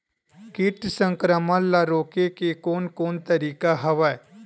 कीट संक्रमण ल रोके के कोन कोन तरीका हवय?